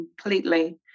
completely